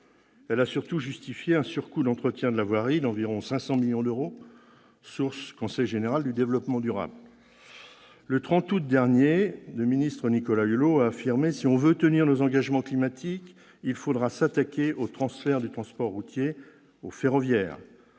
Elle a surtout justifié un surcoût d'entretien de la voirie d'environ 500 millions d'euros, comme nous l'apprend le Conseil général de l'environnement et du développement durable ! Le 30 août dernier, le ministre Nicolas Hulot a affirmé :« Si l'on veut tenir nos engagements climatiques, il faudra s'attaquer au transfert du transport routier au ferroviaire. »